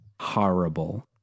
horrible